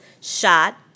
shot